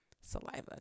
saliva